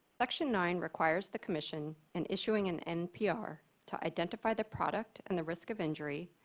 section nine requires the commission in issuing an npr to identify the product and the risk of injury,